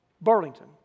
Burlington